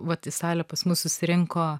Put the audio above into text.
vat į salę pas mus susirinko